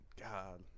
God